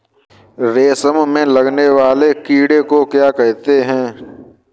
रेशम में लगने वाले कीड़े को क्या कहते हैं?